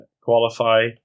qualify